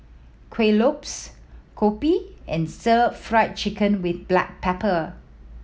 Kuih Lopes kopi and Stir Fry Chicken with black pepper